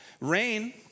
Rain